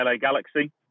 Galaxy